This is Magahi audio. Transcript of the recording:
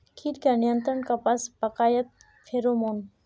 कीट का नियंत्रण कपास पयाकत फेरोमोन?